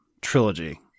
trilogy